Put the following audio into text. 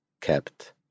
kept